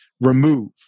remove